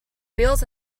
wheels